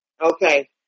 Okay